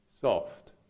soft